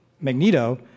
Magneto